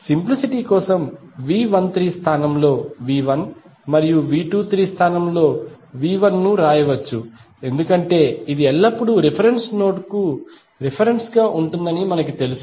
simplicity కోసం V13 స్థానంలో V1 మరియు V23 స్థానంలో V1 ను వ్రాయవచ్చు ఎందుకంటే ఇది ఎల్లప్పుడూ రిఫరెన్స్ నోడ్ కు రిఫెరెన్స్ గా ఉంటుందని మాకు తెలుసు